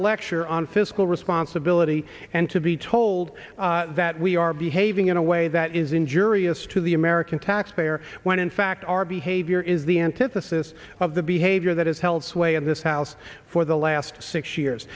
lecture on fiscal responsibility and to be told that we are behaving in a way that is injurious to the american taxpayer when in fact our behavior is the antithesis of the behavior that has held sway in this house for the last six years